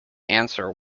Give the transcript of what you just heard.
answer